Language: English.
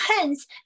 hence